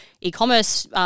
e-commerce